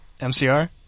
MCR